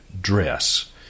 dress